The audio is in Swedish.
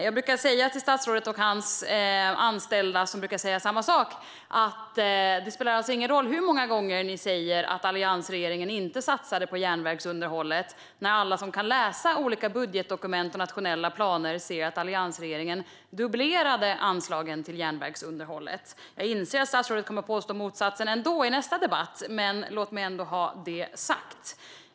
Jag brukar säga till statsrådet - och hans anställda som säger samma sak som han - att det inte spelar någon roll hur många gånger de säger att alliansregeringen inte satsade på järnvägsunderhållet, eftersom alla som kan läsa olika budgetdokument och nationella planer ser att alliansregeringen dubblerade anslagen till järnvägsunderhållet. Jag inser att statsrådet ändå kommer att påstå motsatsen i nästa debatt, men låt mig ha det sagt.